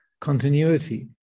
continuity